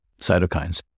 cytokines